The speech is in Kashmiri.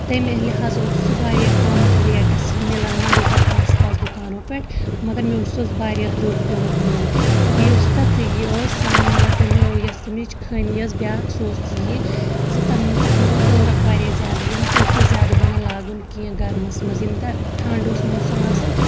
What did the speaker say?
تَمے لحاظ اوس سُہ واریاہ کَم ریٹَس مِلَان مےٚ ییٚتٮ۪ن آس پاس دُکانو پٮ۪ٹھ مگر مےٚ اوس حظ واریاہ درٛوگ پیٚومُت مٔلۍ بیٚیہِ یُس تَتھ یہِ اوس تمہِ یۄس تَمِچ خٲمی ٲس بیٛاکھ سُہ اوس یہِ زِ تَم تَتھ منٛز اوس ٲرَکھ واریاہ زیادٕ یِوان سُہ اوس نہٕ زیادٕ بَنَن لاگُن کینٛہہ گَرمَس منٛز یِمہِ دۄہ ٹھَنٛڈ اوس موسم آسان